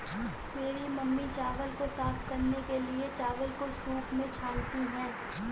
मेरी मामी चावल को साफ करने के लिए, चावल को सूंप में छानती हैं